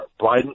Biden